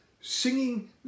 singing